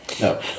No